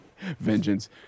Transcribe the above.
Vengeance